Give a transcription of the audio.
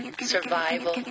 Survival